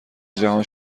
جهان